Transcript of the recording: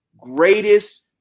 greatest